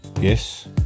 Yes